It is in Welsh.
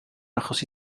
achosi